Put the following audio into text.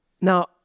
Now